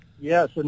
Yes